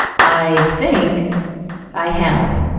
i think i have,